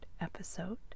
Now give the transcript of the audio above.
episode